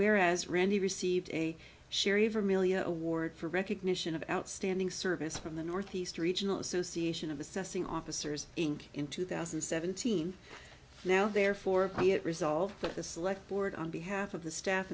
where as randy received a sherry vermillion award for recognition of outstanding service from the northeast regional association of assessing officers inc in two thousand and seventeen now therefore resolved to select board on behalf of the staff